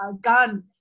gun